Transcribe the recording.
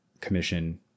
Commission